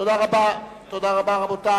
תודה רבה, רבותי.